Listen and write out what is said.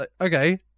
Okay